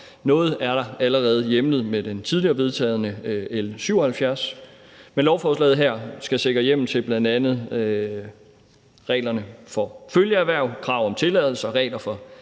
Noget er allerede hjemlet med det tidligere vedtagne L 77, men lovforslaget her skal sikre hjemmel til bl.a. reglerne for følgeerhverv, krav om tilladelser, regler for